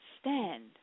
stand